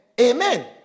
amen